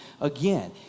again